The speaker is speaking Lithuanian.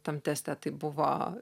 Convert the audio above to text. tam teste tai buvo